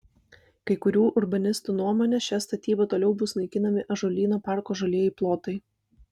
kai kurių urbanistų nuomone šia statyba toliau bus naikinami ąžuolyno parko žalieji plotai